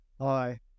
Hi